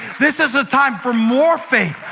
this is a time for more faith,